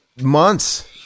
months